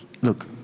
look